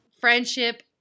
Friendship